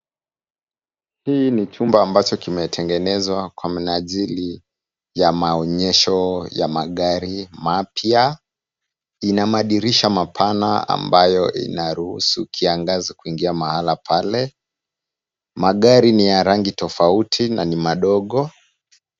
Hii ni chumba ambacho kimetengenezwa kwa minajili ya maonyesho ya magari mapya. Ina madirisha mapana ambayo inaruhusu kiangazi kuingia mahala pale. Magari ni ya rangi tofauti na ni madogo.